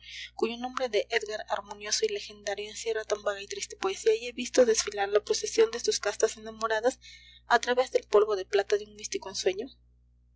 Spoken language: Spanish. cuyo nombre de edgar harmonioso y legendario encierra tan vaga y triste poesía y he visto desfilar la procesión de sus castas enamoradas a través del polvo de plata de un místico ensueño